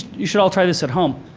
you should all try this at home,